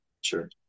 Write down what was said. Sure